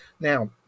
Now